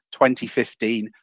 2015